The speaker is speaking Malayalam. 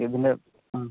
ഇതിൻ്റെ ആ